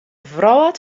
wrâld